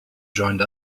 joined